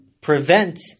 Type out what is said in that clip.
prevent